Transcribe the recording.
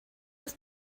ist